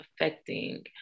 affecting